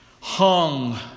hung